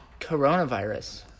coronavirus